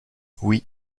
oui